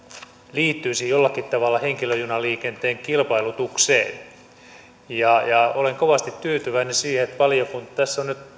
liittyisi jollakin tavalla henkilöjunaliikenteen kilpailutukseen olen kovasti tyytyväinen siihen että valiokunta tässä on nyt